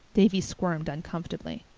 davy squirmed uncomfortably.